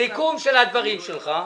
סיכום של הדברים שלך.